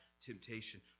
temptation